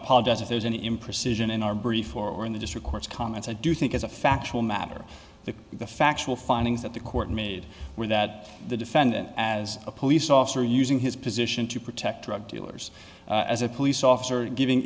apologize if there's any imprecision in our brief or in the district court's comments i do think as a factual matter that the factual findings that the court made were that the defendant as a police officer using his position to protect drug dealers as a police officer giving